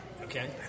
Okay